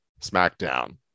SmackDown